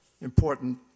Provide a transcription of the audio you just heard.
important